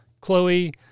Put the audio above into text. Chloe